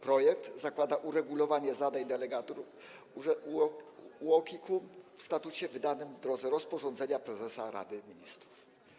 Projekt zakłada uregulowanie zadań delegatur UOKiK-u w statucie wydanym w drodze rozporządzenia prezesa Rady Ministrów.